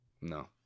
no